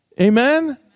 Amen